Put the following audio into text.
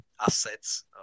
assets